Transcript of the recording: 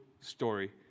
story